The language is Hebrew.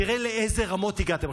תראה לאיזה רמות הגעתם.